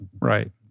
right